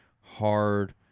hard